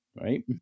right